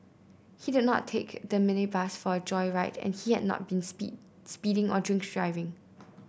he did not take the minibus for a joyride and he had not been speed speeding or drink driving